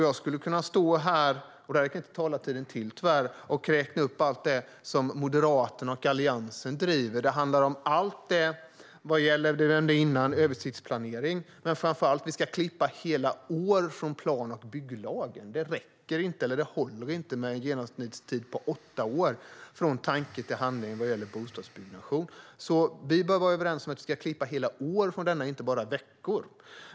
Jag skulle kunna stå här och räkna upp allt det som Moderaterna och Alliansen driver, men talartiden räcker tyvärr inte till. Det handlar om allt det som nämndes tidigare om översiktsplanering, men framför allt om att vi ska klippa hela år från plan och bygglagen. Det håller inte med en genomsnittstid på åtta år från tanke till handling vad gäller bostadsbyggnation. Vi behöver vara överens om att vi ska klippa hela år från detta, inte bara veckor.